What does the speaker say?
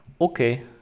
okay